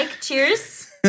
cheers